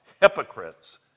hypocrites